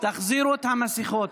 תחזירו את המסכות.